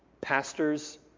Pastors